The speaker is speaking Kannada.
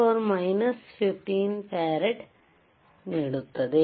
95 x 10 15 farads ನೀಡುತ್ತದೆ